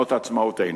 שנות עצמאותנו,